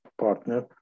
partner